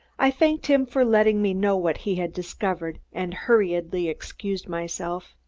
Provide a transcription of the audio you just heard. i thanked him for letting me know what he had discovered, and hurriedly excused myself.